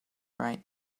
right